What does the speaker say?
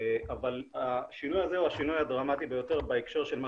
אבל השינוי הזה הוא השינוי הדרמטי ביותר בהקשר של מה